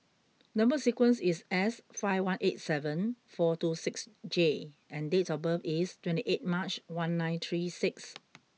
number sequence is S five one eight seven four two six J and date of birth is twenty eighth March one nine three six